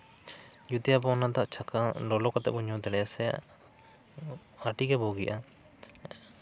ᱡᱩᱫᱤ ᱟᱵᱚ ᱚᱱᱟ ᱫᱟᱜ ᱪᱷᱟᱠᱟᱣ ᱞᱚᱞᱚ ᱠᱟᱛᱮᱜ ᱵᱚᱱ ᱧᱩ ᱫᱟᱲᱮᱭᱟᱜᱼᱟ ᱥᱮ ᱟᱹᱰᱤᱜᱮ ᱵᱩᱜᱤᱜᱼᱟ